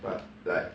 but like